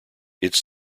its